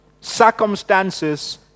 Circumstances